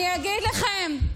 אני אגיד לכם,